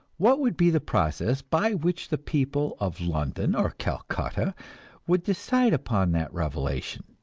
what would be the process by which the people of london or calcutta would decide upon that revelation?